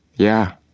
yeah,